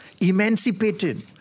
emancipated